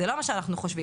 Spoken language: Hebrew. זה לא מה שאנחנו חושבים.